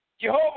Jehovah